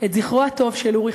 את זכרו הטוב של אורי,